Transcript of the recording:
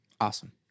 Awesome